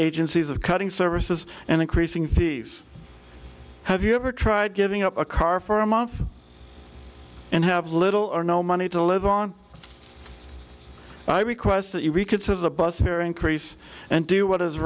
agencies of cutting services and increasing fees have you ever tried giving up a car for a month and have little or no money to live on i request that you reconsider the bus fare increase and do what is